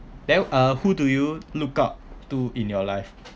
then uh who do you look up to in your life